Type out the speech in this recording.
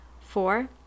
Four